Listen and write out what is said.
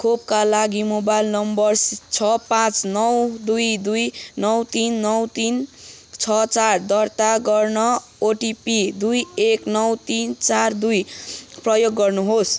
खोपका लागि mobile number छः पाँच नौ दुई दुई नौ तिन नौ तिन छः चार दर्ता गर्न ओटिपी दुई एक नौ तिन चार दुई प्रयोग गर्नुहोस्